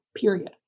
period